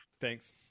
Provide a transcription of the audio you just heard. Thanks